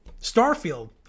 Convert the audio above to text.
starfield